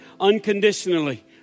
unconditionally